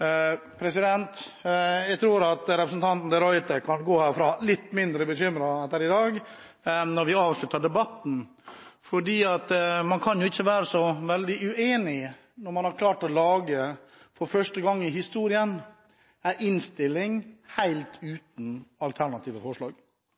Jeg tror at representanten de Ruiter kan gå herfra litt mindre bekymret når vi avslutter debatten i dag, for man kan jo ikke være så veldig uenig når man for første gang i historien har klart å lage en innstilling helt uten alternative forslag. Den er